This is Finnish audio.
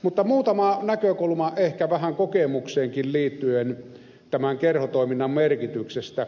mutta muutama näkökulma ehkä vähän kokemukseenkin liittyen tämän kerhotoiminnan merkityksestä